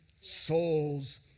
souls